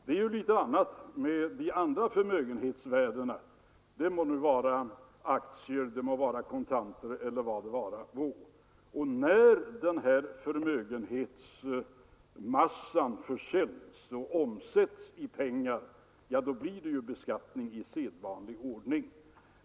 — Det är annorlunda med andra förmögenhetsvärden: aktier, kontanter eller vad det vara må. — Och när denna förmögenhetsmassa i möbler eller konst försäljs och omsätts i pengar blir den ju beskattad i sedvanlig ordning.